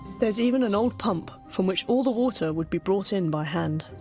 there's even an old pump from which all the water would be brought in by hand.